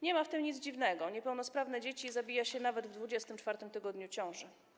Nie ma w tym nic dziwnego, niepełnosprawne dzieci zabija się nawet w 24. tygodniu ciąży.